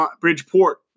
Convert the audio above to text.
Bridgeport